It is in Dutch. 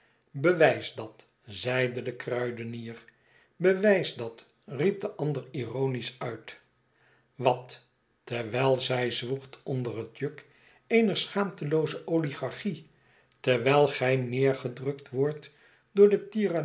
bewijs dat zeide de kruidenier bewijs dat riep de ander ironisch uit wat terwijl zij zwoegt onderhet juk eener schaamtelooze oligarchic terwijl gij neergedrukt wordt door de